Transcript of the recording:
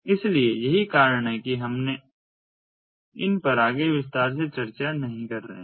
इसलिए यही कारण है कि हमने इन पर आगे विस्तार से चर्चा नहीं रहे हैं